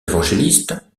évangélistes